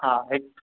आहे